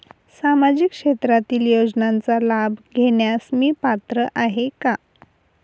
सामाजिक क्षेत्रातील योजनांचा लाभ घेण्यास मी पात्र आहे का?